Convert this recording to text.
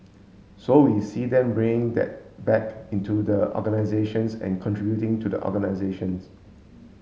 so we see them bringing that back into the organisations and contributing to the organisations